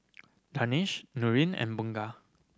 Danish Nurin and Bunga